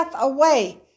away